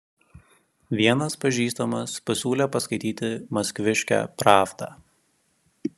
vienas pažįstamas pasiūlė paskaityti maskviškę pravdą